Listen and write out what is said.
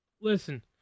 Listen